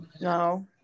No